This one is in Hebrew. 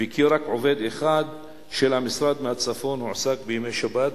וכי רק עובד אחד של המשרד מהצפון הועסק בימי שבת,